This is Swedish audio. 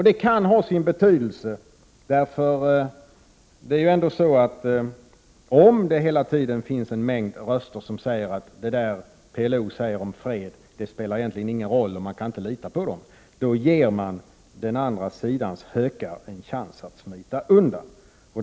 Det kan ha sin betydelse, för om en mängd röster hela tiden gör gällande att det där som PLO säger om fred egentligen inte spelar någon roll, man kan inte lita på dem, då ger man den andra sidans hökar en chans att smita undan.